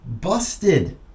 busted